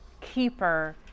keeper